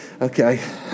okay